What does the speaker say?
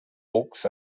books